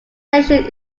station